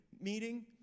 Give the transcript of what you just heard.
meeting